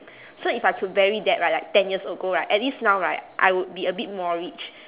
so if I could bury that right like ten years ago right at least now right I would be a bit more rich